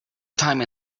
time